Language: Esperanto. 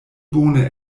bone